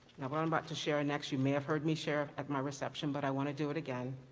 what i'm about to share next you may have heard me share at my reception but i want to do it again.